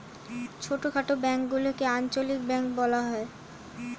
ছোটখাটো ব্যাঙ্কগুলিকে আঞ্চলিক ব্যাঙ্ক বলা হয়